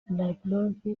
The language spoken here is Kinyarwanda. lavrov